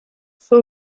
fue